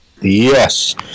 Yes